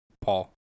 Paul